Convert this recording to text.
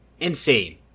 Insane